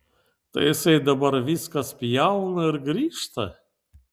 tai jisai dabar viską spjauna ir grįžta